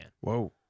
Whoa